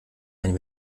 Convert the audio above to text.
ein